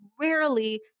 rarely